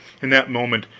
in that moment,